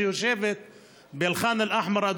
שיושבת באל-ח'אן אל-אחמר,